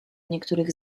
niektórych